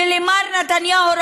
ולמר נתניהו,